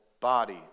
body